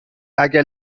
اگه